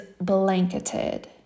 blanketed